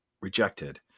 rejected